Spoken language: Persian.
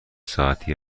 ساعتی